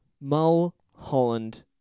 Mulholland